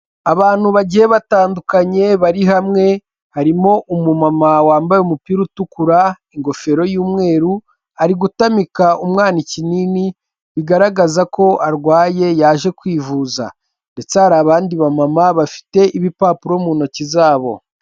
Abantu bagiye batandukanye bari hamwe, harimo umumama wambaye umupira utukura, ingofero y'umweru, ari gutamika umwana ikinini bigaragaza ko arwaye, yaje kwivuza ndetse hari abandi bamama bafite ibipapuro mu ntoki zabo.